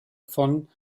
von